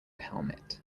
helmet